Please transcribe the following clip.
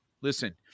listen